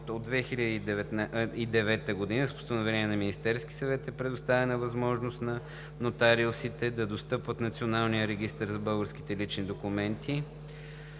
От 2009 г. с Постановление на Министерския съвет е предоставена възможност на нотариусите за достъп до Националния регистър за българските лични документи.